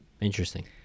Interesting